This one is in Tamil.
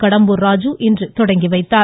கடம்பூர் ராஜு இன்று துவக்கி வைத்தார்